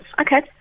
Okay